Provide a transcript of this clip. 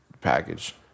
package